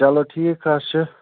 چلو ٹھیٖک حظ چھِ